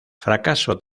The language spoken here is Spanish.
fracaso